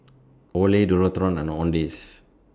Olay Dualtron and Owndays